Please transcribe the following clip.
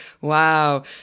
wow